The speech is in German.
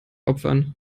opfern